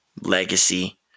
Legacy